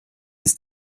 ist